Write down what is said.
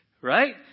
Right